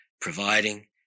providing